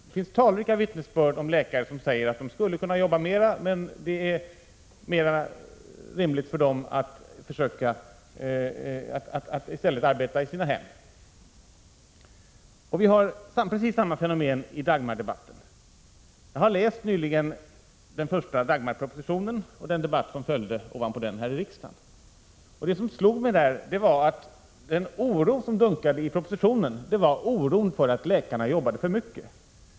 Det finns talrika vittnesbörd om läkare som anser att de skulle kunna jobba mer, men att det är mer rimligt för dem att i stället arbeta i sina hem. Vi möter samma fenomen i Dagmardebatten. Jag har nyligen läst den första Dagmarpropositionen och den debatt som följde på den här i riksdagen. Vad som slog mig då var att den oro som dunkade i propositionen var oron för att läkarna jobbade för mycket.